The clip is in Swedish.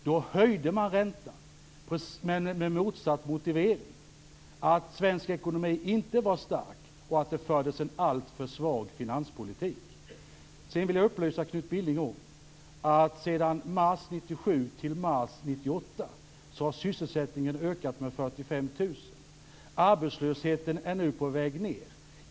Då höjde den räntan med motsatt motivering, nämligen att svensk ekonomi inte var stark och att det fördes en alltför svag finanspolitik. 45 000. Arbetslösheten är nu på väg ned.